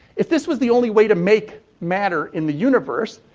if this was the only way to make matter in the universe,